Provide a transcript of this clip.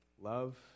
Love